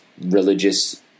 religious